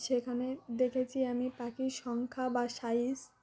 সেখানে দেখেছি আমি পাখির সংখ্যা বা সাইজ